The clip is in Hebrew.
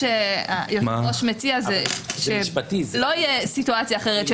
היושב-ראש מציע שלא תהיה סיטואציה אחרת,